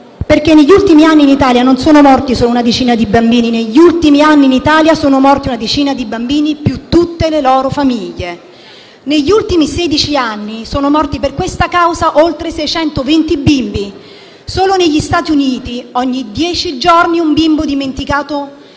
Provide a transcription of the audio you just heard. Negli ultimi anni in Italia non sono morti solo una decina di bambini. Negli ultimi anni in Italia sono morti una decina di bambini più le loro famiglie. Negli ultimi sedici anni, sono morti per questa causa oltre 620 bimbi. Solo negli Stati Uniti ogni dieci giorni un bambino dimenticato in auto